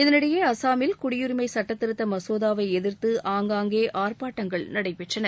இதனிடையே அசாமில் குடியுரிமை சட்டத் திருத்த மசோதாவை எதிர்த்து ஆங்காங்கே ஆர்ப்பாட்டங்கள் நடைபெற்றன